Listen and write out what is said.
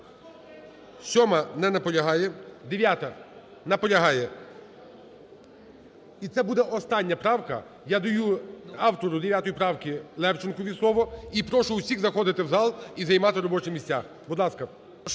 7-а. Не наполягає. 9-а. Наполягає. І це буде остання правка. Я даю автору 9 правки Левченку слово. І прошу всіх заходити в зал, і займати робочі місця. Будь ласка.